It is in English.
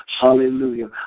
Hallelujah